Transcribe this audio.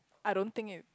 I don't think it